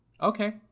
Okay